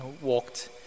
walked